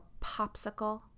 popsicle